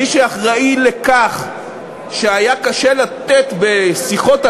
מי שאחראי לכך שהיה קשה לתת בשיחות,